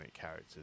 characters